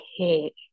okay